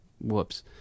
Whoops